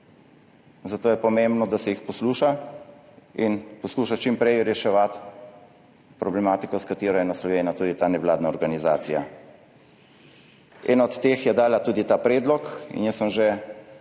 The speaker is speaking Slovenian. zato je pomembno, da se jih posluša in poskuša čim prej reševati problematiko, ki jo naslavlja tudi ta nevladna organizacija. Ena od teh je dala tudi ta predlog in jaz sem že